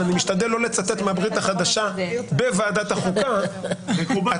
אבל אני משתדל לא לצטט מהברית החדשה בוועדת החוקה עצמה,